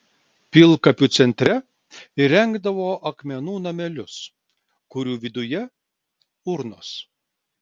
pilkapių centre įrengdavo akmenų namelius kurių viduje urnos